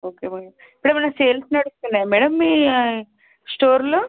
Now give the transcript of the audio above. okay madam ఇక్కడేమైనా నడుస్తున్నాయా madam మీ స్టోర్లో